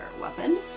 weapon